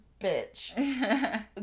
bitch